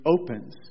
opens